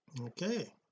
okay